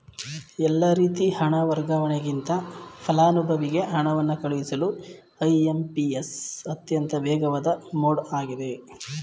ಎಲ್ಲಾ ರೀತಿ ಹಣ ವರ್ಗಾವಣೆಗಿಂತ ಫಲಾನುಭವಿಗೆ ಹಣವನ್ನು ಕಳುಹಿಸಲು ಐ.ಎಂ.ಪಿ.ಎಸ್ ಅತ್ಯಂತ ವೇಗವಾದ ಮೋಡ್ ಆಗಿದೆ